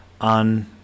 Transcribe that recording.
on